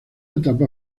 etapa